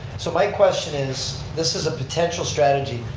so my question is this is a potential strategy,